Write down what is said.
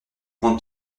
grande